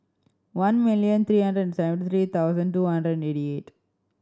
one million three hundred and seventy three thousand two hundred and eighty eight